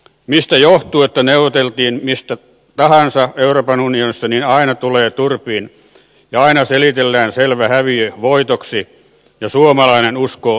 mistä johtuu että neuvoteltiin mistä tahansa euroopan unionissa niin aina tulee turpiin ja aina selitellään selvä häviö voitoksi ja suomalainen uskoo loputtomiin